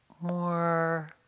more